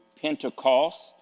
Pentecost